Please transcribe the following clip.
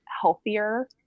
healthier